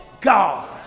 God